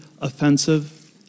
offensive